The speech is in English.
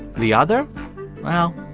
the other well,